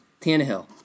Tannehill